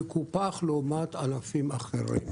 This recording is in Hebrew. יקופח לעומת ענפים אחרים.